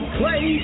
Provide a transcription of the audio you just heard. play